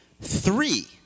three